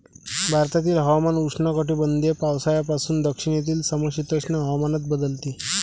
भारतातील हवामान उष्णकटिबंधीय पावसाळ्यापासून दक्षिणेकडील समशीतोष्ण हवामानात बदलते